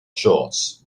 shorts